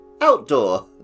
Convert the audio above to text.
outdoor